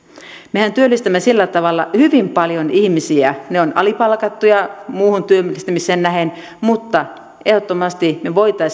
mehän työllistämme sillä tavalla hyvin paljon ihmisiä he ovat alipalkattuja muuhun työllistämiseen nähden mutta ehdottomasti me voisimme